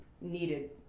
needed